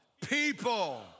people